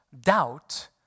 doubt